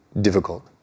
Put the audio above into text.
difficult